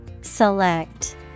Select